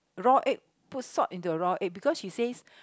raw egg put salt into the raw egg because she says